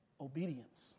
Obedience